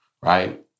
right